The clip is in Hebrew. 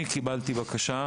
אני קיבלתי בקשה,